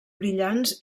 brillants